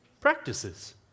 Practices